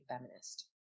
feminist